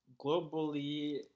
Globally